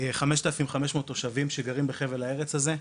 5,500 תושבים שגרים בחבל ארץ זה.